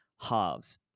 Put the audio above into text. halves